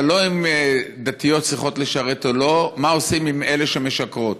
אבל לא אם דתיות צריכות לשרת או לא אלא מה עושים עם אלה שמשקרות.